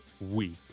week